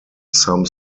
some